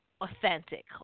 authentic